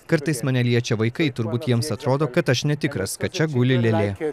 kartais mane liečia vaikai turbūt jiems atrodo kad aš netikras kad čia guli lėlė